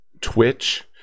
twitch